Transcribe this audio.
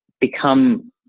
become